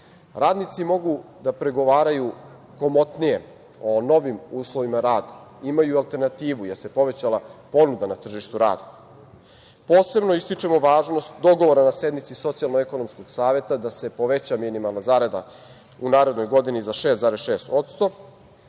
Radnici mogu da pregovaraju komotnije o novim uslovima rada, imaju alternativu jer se povećala ponuda na tržištu rada. Posebno ističemo važnost dogovora na sednici Socijalno-ekonomskog saveta da se poveća minimalna zarada u narednoj godini za 6,6%.